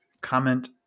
comment